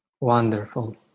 Wonderful